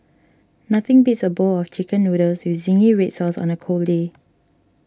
nothing beats a bowl of Chicken Noodles with Zingy Red Sauce on a cold day